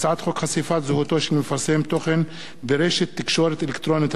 הצעת חוק חשיפת זהותו של מפרסם תוכן ברשת תקשורת אלקטרונית,